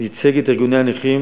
הוא ייצג את ארגוני הנכים